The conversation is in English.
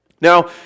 Now